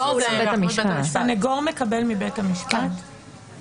סנגור מקבל מבית המשפט,